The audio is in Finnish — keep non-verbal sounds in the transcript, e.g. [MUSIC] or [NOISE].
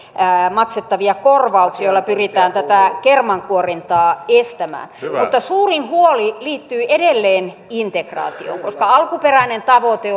maksettavia korvauksia millä pyritään tätä kermankuorintaa estämään mutta suurin huoli liittyy edelleen integraatioon koska alkuperäinen tavoite [UNINTELLIGIBLE]